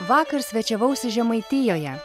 vakar svečiavausi žemaitijoje